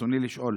ברצוני לשאול: